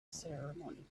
ceremony